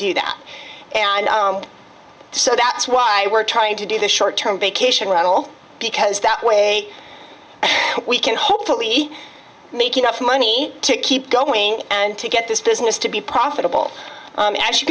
do that and so that's why we're trying to do the short term vacation rental because that way we can hopefully make enough money to keep going and to get this business to be profitable and as you